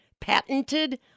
patented